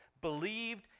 believed